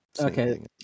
Okay